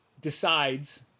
decides